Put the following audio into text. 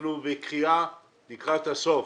ואנחנו לקראת הסוף,